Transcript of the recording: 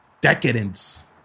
decadence